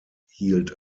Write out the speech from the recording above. hielt